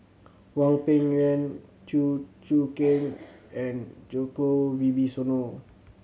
Hwang Peng Yuan Chew Choo Keng and Djoko Wibisono